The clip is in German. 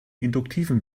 induktiven